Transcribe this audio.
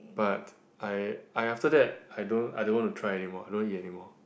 but I I after that I don't I don't want to try anymore I don't want to eat anymore